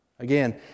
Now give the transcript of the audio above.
Again